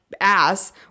ass